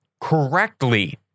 correctly